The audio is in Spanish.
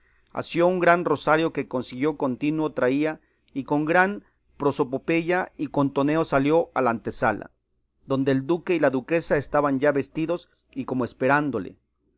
espada asió un gran rosario que consigo contino traía y con gran prosopopeya y contoneo salió a la antesala donde el duque y la duquesa estaban ya vestidos y como esperándole